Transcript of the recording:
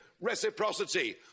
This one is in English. reciprocity